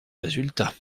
résultats